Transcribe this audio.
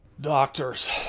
Doctors